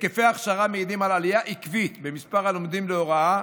היקפי ההכשרה מעידים על עלייה עקיבה במספר הלומדים להוראה.